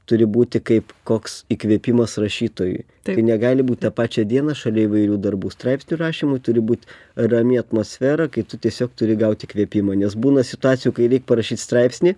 turi būti kaip koks įkvėpimas rašytojui tai negali būt tą pačią dieną šalia įvairių darbų straipsnių rašymui turi būt rami atmosfera kai tu tiesiog turi gaut įkvėpimo nes būna situacijų kai reik parašyt straipsnį